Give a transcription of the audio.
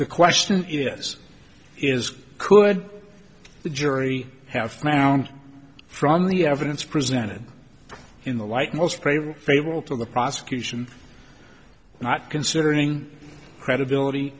the question is is could the jury have found from the evidence presented in the light most favorable favorable to the prosecution not considering credibility